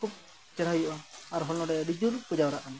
ᱠᱷᱩᱵᱽ ᱪᱮᱦᱨᱟ ᱦᱩᱭᱩᱜᱼᱟ ᱟᱨ ᱦᱚᱸ ᱚᱸᱰᱮ ᱟᱹᱰᱤ ᱡᱩᱨ ᱠᱚ ᱡᱟᱨᱣᱟᱜ ᱠᱟᱱᱟ